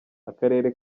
akarere